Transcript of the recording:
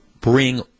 bring